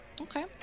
Okay